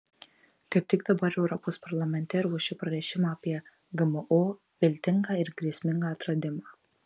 kaip tik dabar europos parlamente ruošiu pranešimą apie gmo viltingą ir grėsmingą atradimą